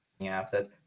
assets